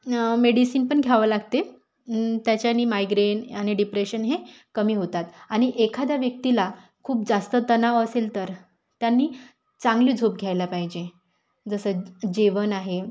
medicine पण घ्यावं लागते त्याच्याने मायग्रेन आणि डिप्रेशन हे कमी होतात आणि एखाद्या व्यक्तीला खूप जास्त तणाव असेल तर त्यांनी चांगली झोप घ्यायला पाहिजे जसं ज जेवण आहे